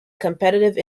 competitive